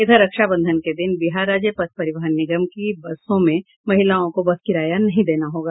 इधर रक्षाबंधन के दिन बिहार राज्य पथ परिवहन निगम की बसों में महिलाओं को बस किराया नहीं देना होगा